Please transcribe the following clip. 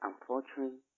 unfortunately